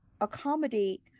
accommodate